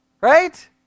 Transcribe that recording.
Right